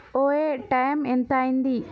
ఓయే time ఎంత అయ్యింది